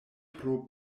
pro